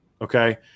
Okay